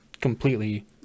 completely